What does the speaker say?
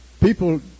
people